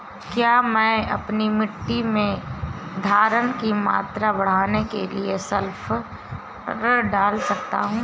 क्या मैं अपनी मिट्टी में धारण की मात्रा बढ़ाने के लिए सल्फर डाल सकता हूँ?